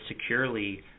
securely